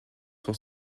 sont